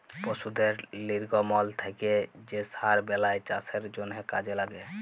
পশুদের লির্গমল থ্যাকে যে সার বেলায় চাষের জ্যনহে কাজে ল্যাগে